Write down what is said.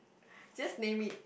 just name it